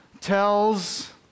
tells